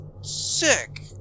sick